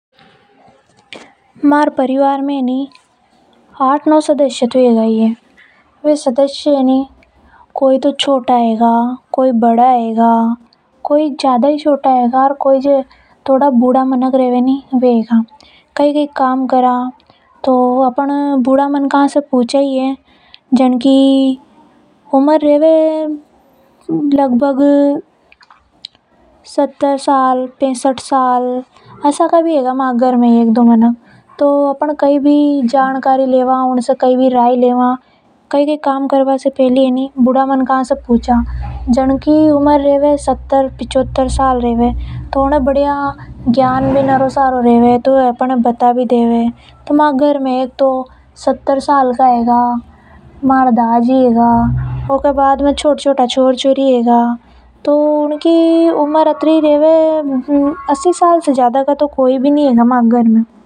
मारा परिवार में ए नि आठ नो सदस्य तो होगा ही है। वे सदस्य एनी कोई तो छोटा होगा कोई बड़े है और कोई बूढ़ा भी है। अपन कई कई काम करा तो अपन बूढ़ा मनका से पूछा ही है। जिनकी उम्र रेवे पेस्ट साल या फेर स तर साल ई बूढ़ा मनक में घनों ज़्यादा ज्ञान रेवे। ई वजह से अपन इनसे कई भी जा बा से पहली इनसे जानकारी लेवा। ओर फेर ऊ काम न करा।